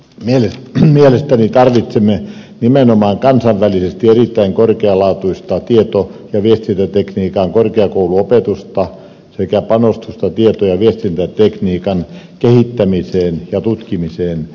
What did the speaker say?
mielestäni tarvitsemme nimenomaan kansainvälisesti erittäin korkealaatuista tieto ja viestintätekniikan korkeakouluopetusta sekä panostusta tieto ja viestintätekniikan kehittämiseen ja tutkimiseen